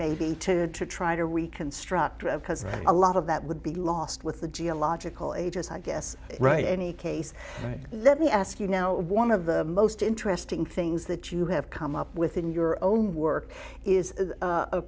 baby to try to reconstruct because a lot of that would be lost with the geological ages i guess right any case let me ask you now one of the most interesting things that you have come up with in your own work is